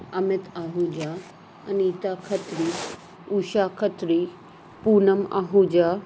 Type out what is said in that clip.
Amit Ahuja Anita Khatri Usha Khatri Poonam Ahuja